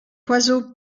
oiseau